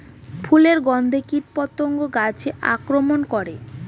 ফুলের গণ্ধে কীটপতঙ্গ গাছে আক্রমণ করে?